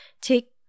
take